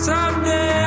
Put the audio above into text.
Someday